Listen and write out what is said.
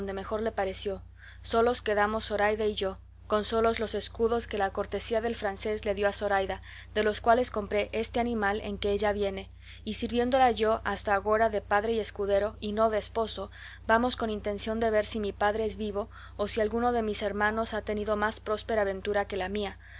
mejor le pareció solos quedamos zoraida y yo con solos los escudos que la cortesía del francés le dio a zoraida de los cuales compré este animal en que ella viene y sirviéndola yo hasta agora de padre y escudero y no de esposo vamos con intención de ver si mi padre es vivo o si alguno de mis hermanos ha tenido más próspera ventura que la mía